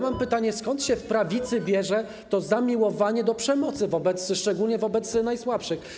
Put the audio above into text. Mam pytanie: Skąd się w prawicy bierze to zamiłowanie do przemocy, szczególnie wobec najsłabszych?